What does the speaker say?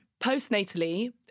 Postnatally